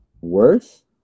Worse